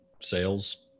sales